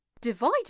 Divided